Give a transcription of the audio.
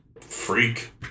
Freak